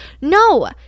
No